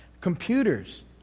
computers